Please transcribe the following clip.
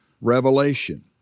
revelation